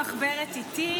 אבל זו האמת המכוערת,